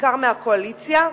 בעיקר מהקואליציה.